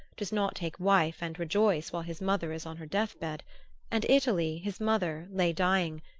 does not take wife and rejoice while his mother is on her death-bed and italy, his mother, lay dying,